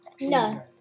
No